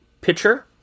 pitcher